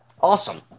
Awesome